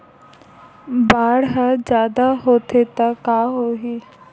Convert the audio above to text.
बाढ़ ह जादा होथे त का होही?